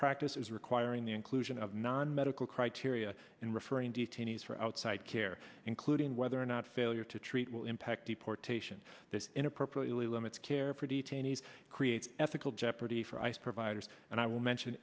practices requiring the inclusion of non medical criteria in referring detainees for outside care including whether or not failure to treat will impact deportation this inappropriately limits care pretty chaney's creates ethical jeopardy for ice providers and i will mention